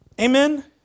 Amen